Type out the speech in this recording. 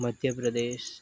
Madhya Pradesh